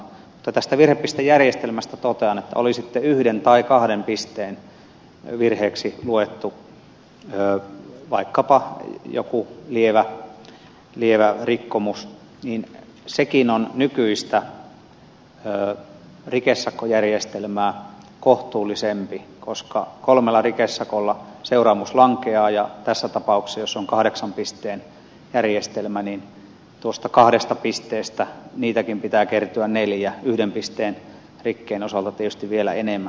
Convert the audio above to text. mutta tästä virhepistejärjestelmästä totean että oli sitten yhden tai kahden pisteen virheeksi luettu vaikkapa joku lievä rikkomus niin sekin on nykyistä rikesakkojärjestelmää kohtuullisempi koska kolmella rikesakolla seuraamus lankeaa ja tässä tapauksessa jos on kahdeksan pisteen järjestelmä niin noita kaksia pisteitä pitää kertyä neljä kertaa yhden pisteen rikkeen osalta tietysti vielä enemmän